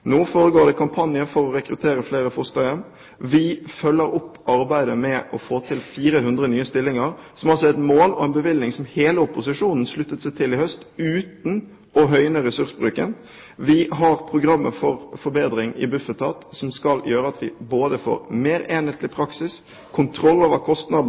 Nå foregår det en kampanje for å rekruttere flere fosterhjem. Vi følger opp arbeidet med å få til 400 nye stillinger, som altså er et mål og en bevilgning som hele opposisjonen sluttet seg til i høst, uten å høyne ressursbruken. Vi har programmet for forbedring i Bufetat, som skal gjøre at vi både får mer enhetlig praksis og kontroll over kostnadene